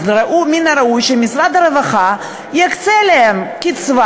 מן הראוי שמשרד הרווחה יקצה להן קצבה